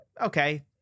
okay